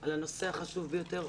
על הנושא החשוב ביותר.